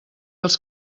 els